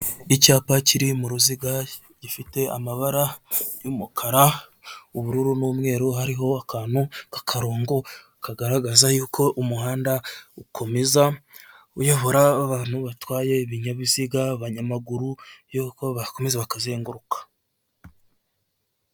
Icyapa kiri mu ruziga gifite amabara y'umukara, ubururu n'umweru hariho akantu k'akarongo kagaragaza yuko umuhanda ukomeza uyobora abantu batwaye ibinyabiziga abanyamaguru yuko bakomeza bakazenguruka.